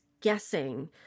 guessing